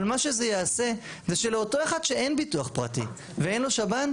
אבל מה שזה יעשה זה שלאותו אחד שאין ביטוח פרטי ואין לו שב"ן,